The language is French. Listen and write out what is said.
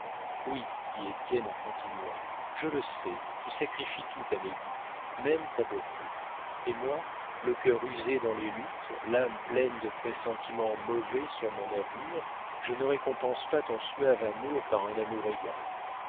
oui dit étienne en continuant je le sais tu sacrifies tout à mes goûts même ta beauté et moi le cœur usé dans les luttes l'âme pleine de pressentiments mauvais sur mon avenir je ne récompense pas ton suave amour par un amour égal